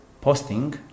posting